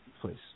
please